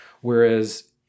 whereas